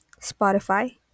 Spotify